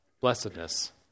blessedness